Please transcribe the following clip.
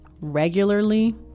regularly